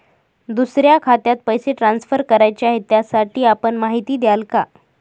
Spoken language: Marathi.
दुसऱ्या खात्यात पैसे ट्रान्सफर करायचे आहेत, त्यासाठी आपण माहिती द्याल का?